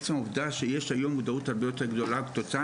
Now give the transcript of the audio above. עצם העובדה שיש היום מודעות הרבה יותר גדולה וכתוצאה